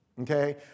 okay